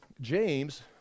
James